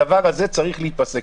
הדבר הזה צריך להיפסק.